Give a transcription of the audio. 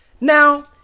Now